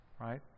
right